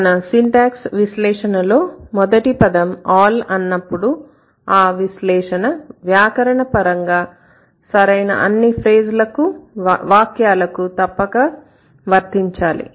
మన సింటాక్స్ విశ్లేషణలో మొదటి పదం 'all' అన్నప్పుడు ఆ విశ్లేషణ వ్యాకరణపరంగా సరైన అన్ని ఫ్రేజ్ లకు వాక్యాలకు తప్పక వర్తించాలి